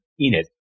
Enid